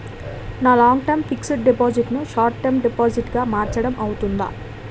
నా long term fixed deposit ను short term deposit గా మార్చటం అవ్తుందా?